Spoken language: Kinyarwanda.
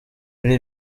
kuri